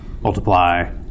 multiply